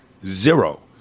zero